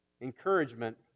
Encouragement